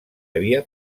havia